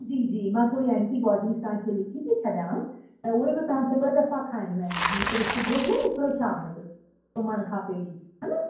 जी जी मां थोरी एंटीबॉडिस तव्हांखे लिखी थी छॾियां त उहे बि तव्हांखे ॿ दफ़ा खाइणियूं आहिनि हिकिड़ो सुबुह जो हिकिड़ो शाम जो सुम्हण खां पहिरीं हा न